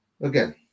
again